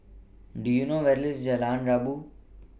Do YOU know Where IS Jalan Rabu